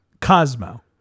Cosmo